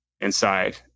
inside